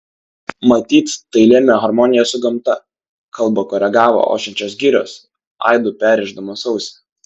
matyt tai lėmė harmonija su gamta kalbą koregavo ošiančios girios aidu perrėždamos ausį